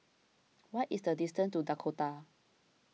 what is the distance to Dakota